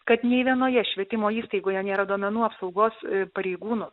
kad nei vienoje švietimo įstaigoje nėra duomenų apsaugos pareigūnų